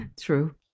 True